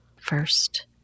first